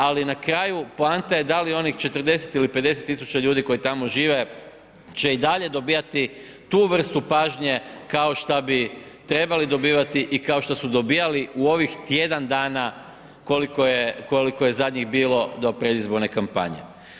Ali na kraju, poanta je da li onih 40 ili 50 tisuća ljudi, koji tamo žive, će i dalje dobivati tu vrstu pažnje, kao što bi trebali dobivati i kao što su dobivali u ovih tjedan dana, koliko je zadnje bilo u predizborne kampanje.